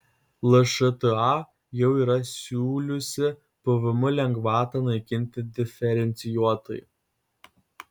lšta jau yra siūliusi pvm lengvatą naikinti diferencijuotai